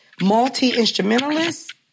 multi-instrumentalist